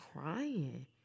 crying